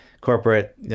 corporate